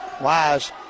Wise